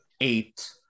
eight